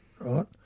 right